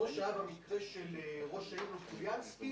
כמו שהיה במקרה של ראש העיר לופוליאנסקי,